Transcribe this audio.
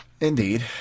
Indeed